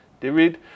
David